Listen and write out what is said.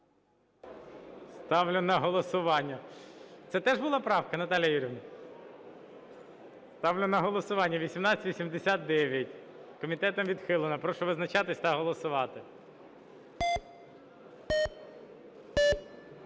Ставлю на голосування. Це теж була правка, Наталія Юріївна? Ставлю на голосування 1889. Комітетом відхилена. Прошу визначатись та голосувати.